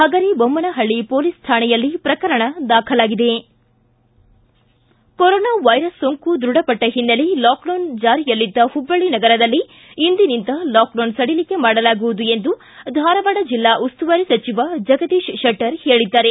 Pagaribommanahalli police ಠಾಣೆಯಲ್ಲಿ ಪ್ರಕರಣ ದಾಖಲಾಗಿದೆ ಕೊರೋನಾ ವೈರಸ್ ಸೋಂಕು ದೃಢಪಟ್ಟ ಹಿನ್ನೆಲೆ ಲಾಕ್ಡೌನ್ ಜಾರಿಯಲ್ಲಿದ್ದ ಮಬ್ಬಳ್ಳಿ ನಗರದಲ್ಲಿ ಇಂದಿನಿಂದ ಲಾಕ್ಡೌನ್ ಸಡಿಲಿಕೆ ಮಾಡಲಾಗುವುದು ಎಂದು ಧಾರವಾಡ ಜಿಲ್ಲಾ ಉಸ್ತುವಾರಿ ಸಚಿವ ಜಗದೀಶ್ ಶೆಟ್ಟರ್ ಹೇಳಿದ್ದಾರೆ